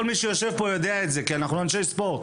מי שיושב פה יודע את זה כי אנחנו אנשי ספורט